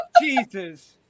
Jesus